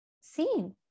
seen